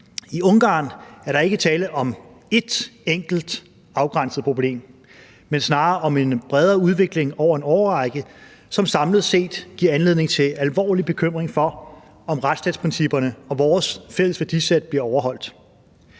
I Ungarn er der ikke tale om et enkelt afgrænset problem, men snarere om en bredere udvikling over en årrække, som samlet set giver anledning til alvorlig bekymring for, om retsstatsprincipperne og vores fælles værdisæt bliver overholdt.